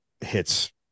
hits